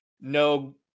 no